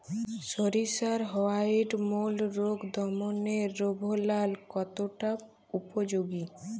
সরিষার white mould রোগ দমনে রোভরাল কতটা উপযোগী?